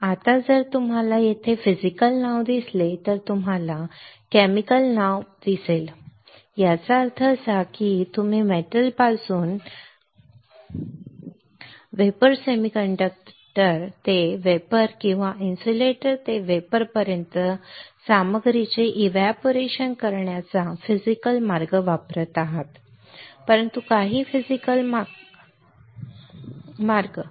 आता जर तुम्हाला येथे फिजिकल नाव दिसले तर तुम्हाला केमिकल नाव बरोबर दिसेल याचा अर्थ असा की तुम्ही धातूपासून वेपर सेमीकंडक्टर ते वेपर किंवा इन्सुलेटर ते वेपर पर्यंत सामग्रीचे एव्हपोरेशन करण्याचा फिजिकल मार्ग वापरत आहात परंतु काही फिजिकल मार्ग वापरत आहात